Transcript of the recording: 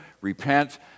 repent